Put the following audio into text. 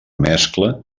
mescla